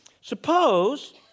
suppose